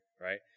right